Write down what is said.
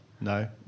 no